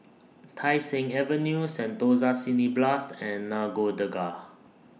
Tai Seng Avenue Sentosa Cineblast and Nagore Dargah